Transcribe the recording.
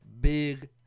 Big